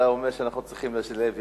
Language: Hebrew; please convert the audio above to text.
אתה אומר שאנחנו צריכים לשלב ידיים,